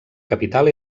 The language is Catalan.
capital